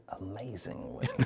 amazingly